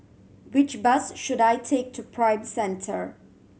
which bus should I take to Prime Centre